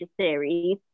series